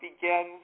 begins